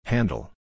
Handle